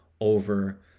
over